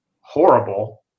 horrible